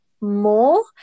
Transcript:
more